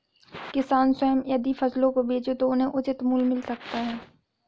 किसान स्वयं यदि फसलों को बेचे तो उन्हें उचित मूल्य मिल सकता है